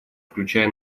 включая